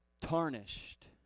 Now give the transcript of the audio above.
tarnished